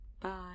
bye